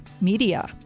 media